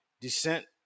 descent